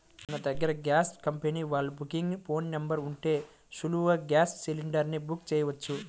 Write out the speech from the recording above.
మన దగ్గర gas company వాళ్ళ బుకింగ్ ఫోన్ నెంబర్ ఉంటే సులువుగా గ్యాస్ సిలిండర్ ని బుక్ చెయ్యొచ్చు